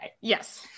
Yes